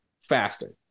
faster